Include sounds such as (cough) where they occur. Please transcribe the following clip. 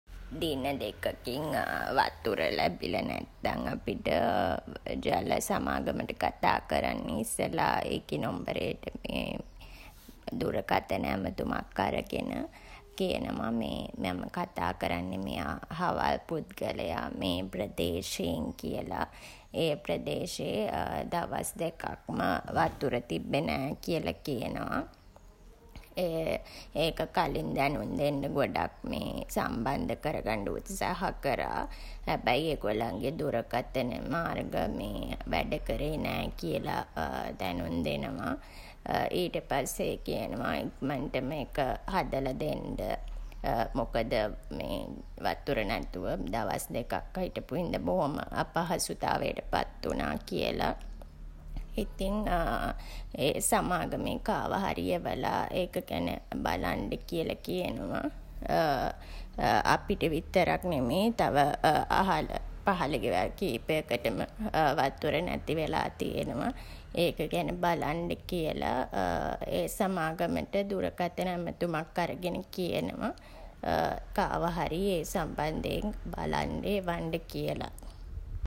දින දෙකකින් (hesitation) වතුර ලැබිලා නැත්තන් අපිට (hesitation) ජල සමාගමට කතා කරන්න ඉස්සෙල්ලා ඒකෙ නොම්බරේට (hesitation) දුරකථන ඇමතුමක් අරගෙන කියනවා මම (hesitation) කතා කරන්නේ අහවල් පුද්ගලයා මේ ප්‍රදේශයෙන් කියලා. ඒ ප්‍රදේශයේ (hesitation) දවස් දෙකක්ම වතුර තිබ්බේ නෑ කියලා කියනවා. ඒක කලින් දැනුම් දෙන්න ගොඩක් (hesitation) සම්බන්ධ කරගන්ඩ උත්සාහ කරා. හැබැයි ඒගොල්ලන්ගේ දුරකථන මාර්ග (hesitation) වැඩ කරේ නෑ කියලා (hesitation) දැනුම් දෙනවා. (hesitation) ඊට පස්සේ කියනවා ඉක්මන්ට මේක හදලා දෙන්ඩ. (hesitation) මොකද (hesitation) වතුර නැතුව දවස් දෙකක් හිටපු හින්දා බොහොම අපහසුතාවයට පත් වුණා කියලා. ඉතින් (hesitation) ඒ සමාගමෙන් කාව හරි එවලා ඒක ගැන බලන්ඩ කියලා කියනවා. (hesitation) අපිට විතරක් නෙමේ. තව අහල පහල ගෙවල් කීපයකටම (hesitation) වතුර නැති වෙලා තියනවා. ඒක ගැන බලන්ඩ කියලා ඒ සමාගමට දුරකථන ඇමතුමක් අරගෙන කියනවා (hesitation) කාව හරි ඒ සම්බන්ධයෙන් බලන්ඩ එවන්ඩ කියලා.